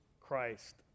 Christ